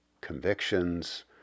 convictions